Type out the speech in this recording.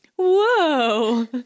whoa